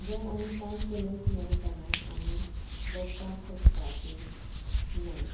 जर आमी काम केलेंच ना जाल्यार आमी जगपाक शकपाची ना